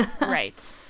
right